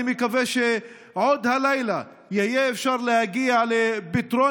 אני מקווה שעוד הלילה יהיה אפשר להגיע לפתרון